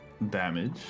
Damage